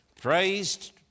Praised